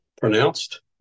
pronounced